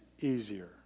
easier